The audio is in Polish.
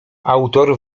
autor